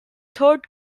third